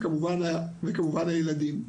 וכמובן ילדים.